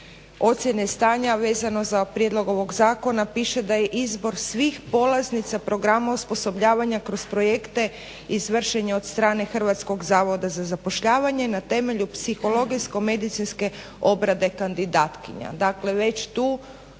ocjene stanja vezano za prijedlog ovog zakona piše da je izbor svih polaznica programa osposobljavanja kroz projekte izvršen je od strane Hrvatskog zavoda za zapošljavanje na temelju psihologijsko-medicinske obrade kandidatkinja.